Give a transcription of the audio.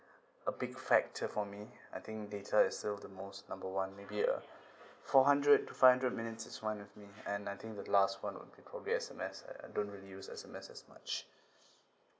a big factor for me I think data is still the most number one maybe uh four hundred to five hundred minutes is fine with me and I think the last [one] would be probably S_M_S I don't really use S_M_S as much